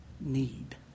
need